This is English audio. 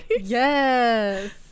Yes